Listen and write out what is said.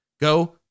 go